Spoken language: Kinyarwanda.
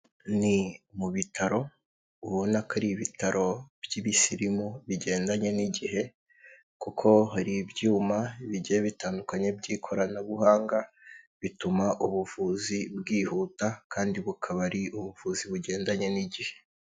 Ni mu bitaro ubona ko ari ibitaro by'ibisirimu bigendanye n'igihe, kuko hari ibyuma bigiye bitandukanye by'ikoranabuhanga bituma ubuvuzi bwihuta kandi bukaba ari ubuvuzi bugendanye n'igihe.